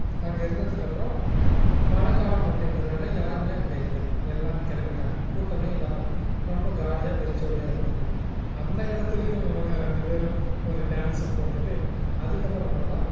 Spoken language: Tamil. அங்கே இருந்ததுக்கப்புறம் மழைக்காலம் அப்படின்றதுனால யாரும் அங்கே இல்லை எல்லாம் கிளம்பிட்டாங்க கூட்டமே இல்லாமல் ரொம்ப காலியாக வெறிச்சோடி இருந்தது அந்த இடத்துலியும் இவங்க ரெண்டு பேரும் ஒரு டேன்ஸை போட்டுவிட்டு அதுக்கப்புறமாகதான்